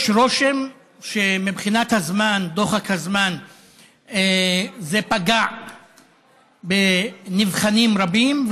יש רושם שמבחינת דוחק הזמן זה פגע בנבחנים רבים.